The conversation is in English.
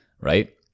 right